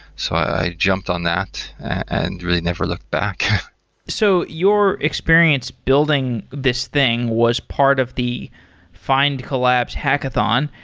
so i jumped on that and really never looked back so your experience building this thing was part of the findcollabs hackathon.